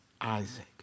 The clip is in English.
Isaac